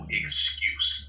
excuse